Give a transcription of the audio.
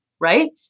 right